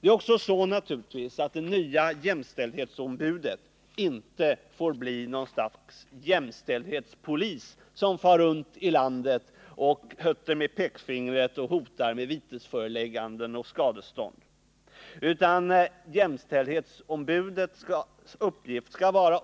Det är naturligtvis också så att det nya jämställdhetsombudet inte får bli något slags jämställdhetspolis, som far runt i landet och hötter med pekfingret och hotar med vitesförelägganden och skadestånd. I stället skall jämställdhetsombudets uppgift bl.a. vara